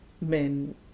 men